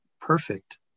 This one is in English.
perfect